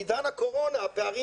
בעידן הקורונה,